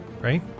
right